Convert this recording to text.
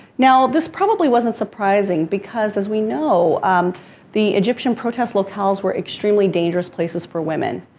now, this probably wasn't surprising because, as we know the egyptian protest locales were extremely dangerous places for women.